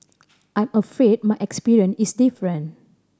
I'm afraid my experience is different